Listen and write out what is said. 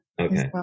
okay